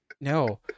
no